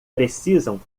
precisam